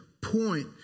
point